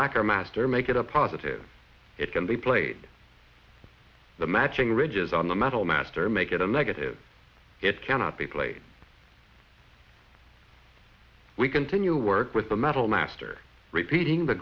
lacquer master make it a positive it can be played the matching ridges on the metal master make it a negative it cannot be played we continue work with the metal master repeating the